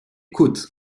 côtes